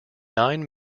nine